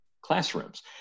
classrooms